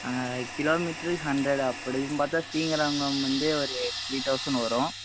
ஆ kilometre hundred அப்படினு பார்த்தா ஸ்ரீஹரங்கம் வந்து ஒரு த்ரீ தௌசண்ட் வரும்